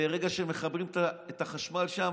מהרגע שמחברים את החשמל שם,